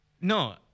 no